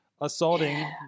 assaulting